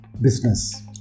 business